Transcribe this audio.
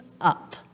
up